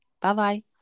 Bye-bye